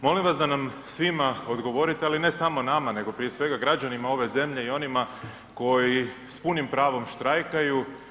Molim vas da nam svima odgovorite, ali ne samo nama, nego prije svega građanima ove zemlje i onima koji s punim pravom štrajkaju.